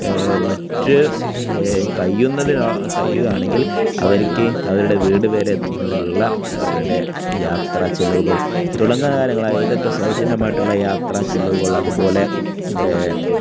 മറ്റ് കഴിയുമെങ്കില് അവര്ക്ക് അവരുടെ വീടുവരെ എത്തുന്നതിനുള്ള അവരുടെ യാത്രാചെലവുകൾ തുടങ്ങിയ കാര്യങ്ങള് അതൊക്കെ സൗജന്യമായിട്ടുള്ള യാത്രാചെലവുകൾ അതുപോലെ